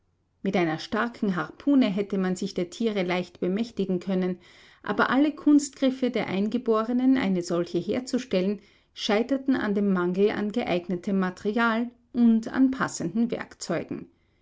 mit einer starken harpune hätte man sich der tiere leicht bemächtigen können aber alle kunstgriffe der eingeborenen eine solche herzustellen scheiterten an dem mangel an geeignetem material und an passenden werkzeugen